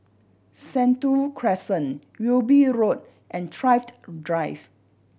Sentul Crescent Wilby Road and Thrift Drive